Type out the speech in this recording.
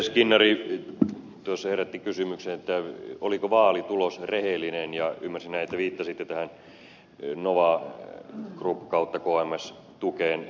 skinnari tuossa herätti kysymyksen oliko vaalitulos rehellinen ja ymmärsin näin että viittasitte tähän nova group ja kms tukeen